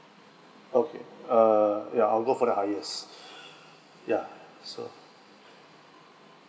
okay uh yeah I'll go for the highest yeah so